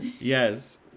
Yes